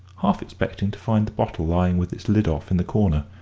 half expecting to find the bottle lying with its lid off in the corner,